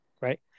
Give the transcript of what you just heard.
right